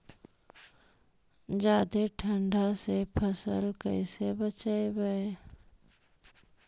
जादे ठंडा से फसल कैसे बचइबै?